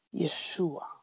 Yeshua